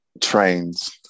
trains